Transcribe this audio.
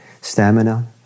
stamina